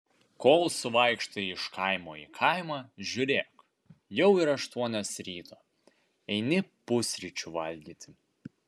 kol suvaikštai iš kaimo į kaimą žiūrėk jau ir aštuonios ryto eini pusryčių valgyti